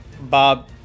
Bob